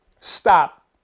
Stop